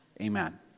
Amen